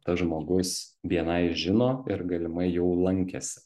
tas žmogus bni žino ir galimai jau lankėsi